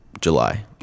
July